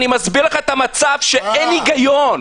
אני מסביר לך את המצב שאין היגיון.